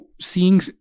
seeing